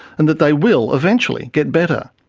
and that they will eventually get better.